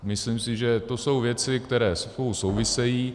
Myslím si, že to jsou věci, které spolu souvisejí.